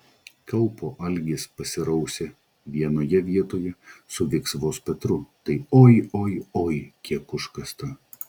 kaupo algis pasirausė vienoje vietoje su viksvos petru tai oi oi oi kiek užkasta